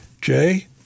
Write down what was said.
Jay